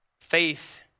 Faith